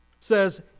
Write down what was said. says